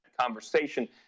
conversation